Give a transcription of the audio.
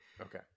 okay